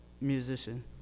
musician